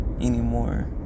anymore